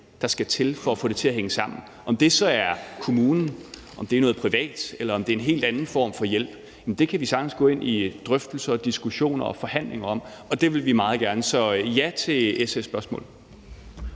der skal til for at få det til at hænge sammen. Om det så er kommunen, om det er noget privat, eller om det er en helt anden form for hjælp, kan vi sagtens gå ind i drøftelser, diskussioner og forhandlinger om, og det vil vi meget gerne. Så jeg siger ja til SF's spørgsmål.